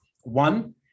one